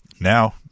Now